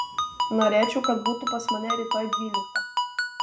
norėčiau kad būtų pas mane rytoj dvyliktą